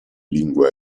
lingue